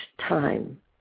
time